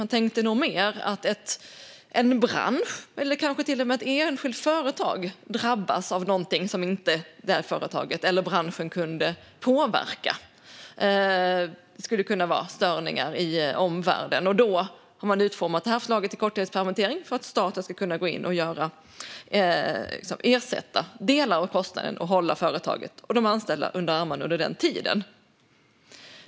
Man tänkte nog mer att en bransch eller kanske till och med ett enskilt företag skulle drabbas av något som branschen eller företaget inte kan påverka. Det skulle kunna vara störningar i omvärlden. Förslaget om korttidspermittering utformades för att staten ska kunna gå in och ersätta delar av kostnaden och hålla företaget och de anställda under armarna under tiden.